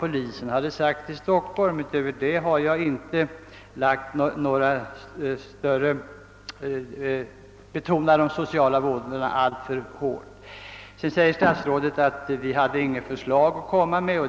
Jag refererade till vad polisen i Stockholm har uppgivit, och därutöver har jag inte särskilt betonat de sociala vådorna. Statsrådet framhåller vidare att jag inte själv har framfört något förslag till lösning av problemet.